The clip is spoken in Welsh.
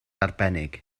arbennig